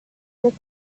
the